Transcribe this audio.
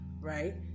right